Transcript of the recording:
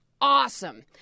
Awesome